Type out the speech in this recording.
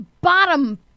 bottom